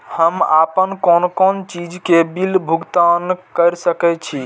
हम आपन कोन कोन चीज के बिल भुगतान कर सके छी?